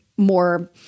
more